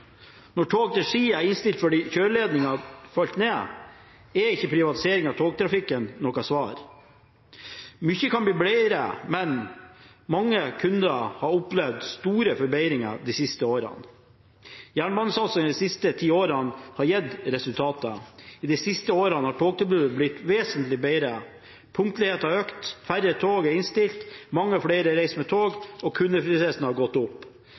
Når toget til Ski er innstilt fordi kjøreledningen er falt ned, er ikke privatisering av togtrafikken noe svar. Mye kan bli bedre, men mange kunder har opplevd store forbedringer de siste årene. Jernbanesatsingen de siste ti årene har gitt resultater. I de siste årene har togtilbudet blitt vesentlig bedre, punktligheten har økt, færre tog er innstilt, mange flere reiser med tog, og kundetilfredsheten har gått opp.